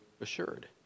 assured